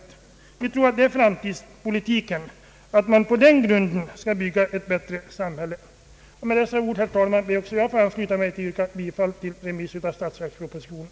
Det är för oss framtidspolitiken att man på den grunden skall bygga ett bättre samhälle. Med dessa ord, herr talman, ber också jag få yrka bifall till remiss av statsverkspropositionen.